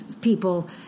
people